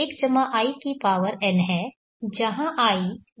i n है जहाँ i ब्याज की दर है